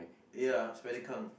ya spider come